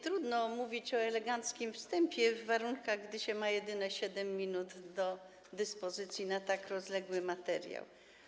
Trudno mówić o eleganckim wstępie w warunkach, gdy się ma jedynie 7 minut do dyspozycji na tak rozległy materiał.